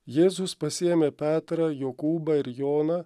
jėzus pasiėmė petrą jokūbą ir joną